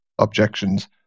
objections